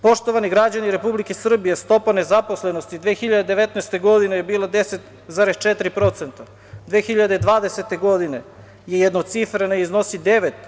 Poštovani građani Republike Srbije, stopa nezaposlenosti 2019. godine je bila 10,4%, 2020. godine je jednocifrena i iznosi 9%